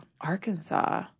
Arkansas